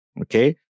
okay